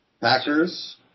Packers